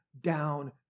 down